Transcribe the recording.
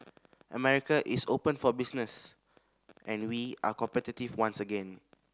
America is open for business and we are competitive once again